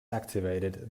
activated